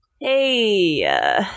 Hey